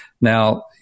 Now